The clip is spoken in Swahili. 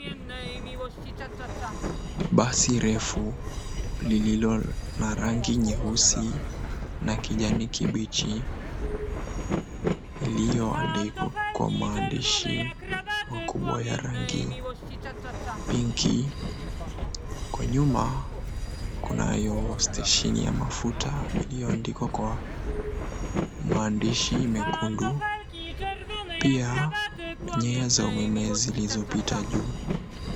Basi refu lililo na rangi nyeusi na kijani kibichi iliyoandikwa kwa maandishi makubwa ya rangi pink . Kwa nyuma kunayo stesheni ya mafuta iliyoandikwa kwa maandishi mekundu, pia nyaya za umeme zilizopita juu.